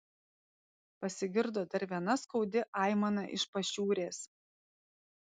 pasigirdo dar viena skaudi aimana iš pašiūrės